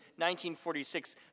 1946